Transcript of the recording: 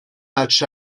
match